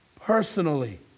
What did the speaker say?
personally